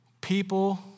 people